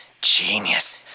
Genius